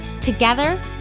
Together